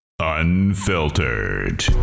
unfiltered